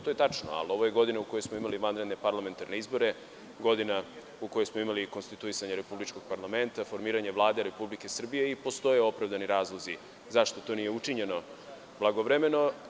To je tačno, ali, ovo je godina u kojoj smo imali vanredne parlamentarne izbore, godina u kojoj smo imali konstituisanje republičkog parlamenta, formiranje Vlade Republike Srbije i postoje opravdani razlozi zašto to nije učinjeno blagovre-meno.